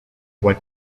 what